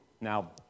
Now